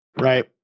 right